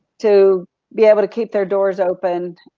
to be able to keep their doors open.